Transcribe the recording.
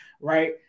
Right